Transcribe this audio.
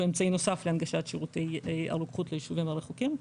אמצעי נוסף להנגשת שירותי הרוקחות ליישובים הרחוקים.